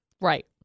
Right